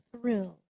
thrill